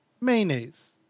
mayonnaise